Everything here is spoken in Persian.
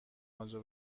آنجا